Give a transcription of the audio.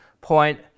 point